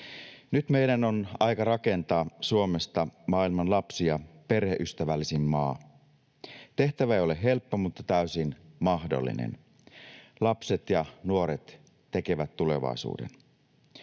Nyt meidän on aika rakentaa Suomesta maailman lapsi- ja perheystävällisin maa. Tehtävä ei ole helppo, mutta se on täysin mahdollinen. Lapset ja nuoret tekevät tulevaisuuden.